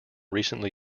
recently